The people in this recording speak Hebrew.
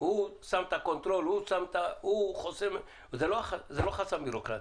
הוא שם את הקונטרול, זה לא חסם בירוקרטי.